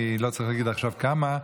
אני לא צריך להגיד עכשיו כמה,